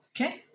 okay